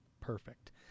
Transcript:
Perfect